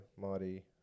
marty